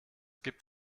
gibt